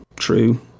true